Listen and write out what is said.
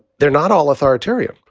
they're not all authoritarian.